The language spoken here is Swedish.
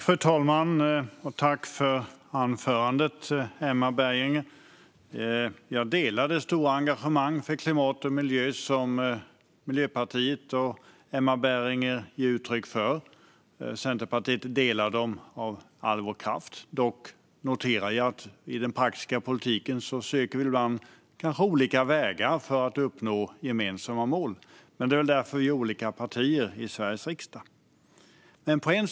Fru talman! Jag vill tacka Emma Berginger för anförandet. Jag delar det stora engagemang för klimat och miljö som Miljöpartiet och Emma Berginger ger uttryck för. Centerpartiet delar det av all vår kraft. Jag noterar dock att vi i den praktiska politiken ibland söker olika vägar för uppnå gemensamma mål. Men det är väl därför vi är olika partier i Sveriges riksdag. Fru talman!